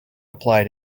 apply